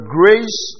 grace